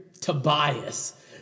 Tobias